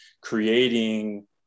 creating